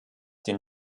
den